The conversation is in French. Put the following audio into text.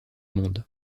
monde